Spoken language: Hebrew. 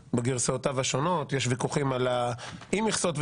שאוסר על אנשים להתאהב,